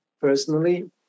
personally